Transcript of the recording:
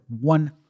one